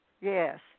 Yes